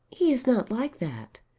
he is not like that.